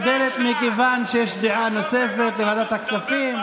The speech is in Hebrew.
מי שקיבל את ברית השלום היה פינחס,